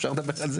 אפשר לדבר על זה?